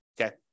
Okay